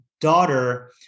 daughter